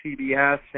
CBS